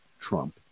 trump